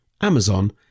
Amazon